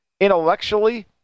intellectually